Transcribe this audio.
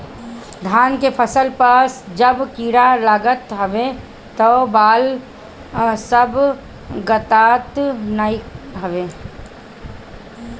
धान के फसल पअ जब कीड़ा लागत हवे तअ बाल सब गदात नाइ हवे